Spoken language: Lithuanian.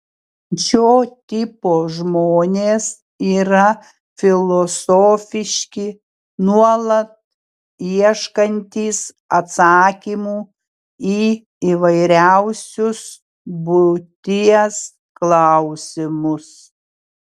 šio tipo žmonės yra filosofiški nuolat ieškantys atsakymų į įvairiausius būties klausimus